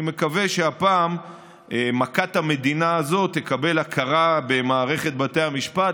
אני מקווה שהפעם מכת המדינה הזאת תקבל הכרה במערכת בתי המשפט.